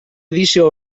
edició